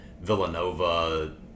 Villanova-